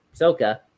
soka